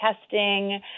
testing